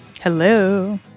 Hello